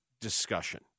discussion